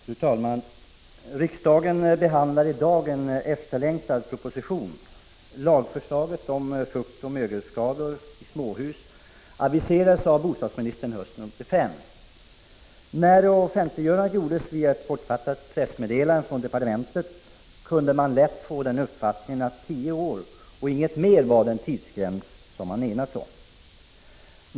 Fru talman! Riksdagen behandlar i dag en efterlängtad proposition — lagförslaget om fuktoch mögelskador i småhus aviserades av bostadsministern till hösten 1985. När offentliggörandet skedde via ett kortfattat pressmeddelande från departementet kunde man lätt få uppfattningen att tio år och inte mer var den tidsgräns som man hade enats om.